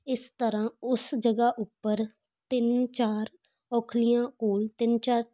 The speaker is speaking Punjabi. ਇਸ ਤਰ੍ਹਾਂ ਉਸ ਜਗ੍ਹਾ ਉੱਪਰ ਤਿੰਨ ਚਾਰ ਔਖਲੀਆਂ ਕੋਲ ਤਿੰਨ ਚਾਰ